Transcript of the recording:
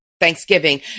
Thanksgiving